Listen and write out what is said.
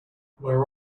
where